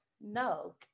No